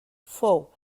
fou